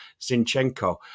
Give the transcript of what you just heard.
Zinchenko